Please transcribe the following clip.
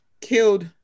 killed